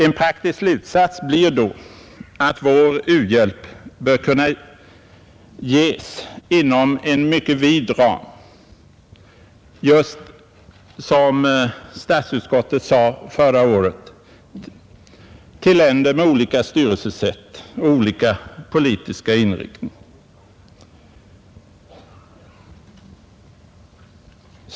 En praktisk slutsats blir då att vår u-hjälp bör kunna ges inom en mycket vid ram, just som statsutskottet sade förra året till länder med olika styrelsesätt och olika politiska inriktningar.